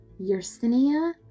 Yersinia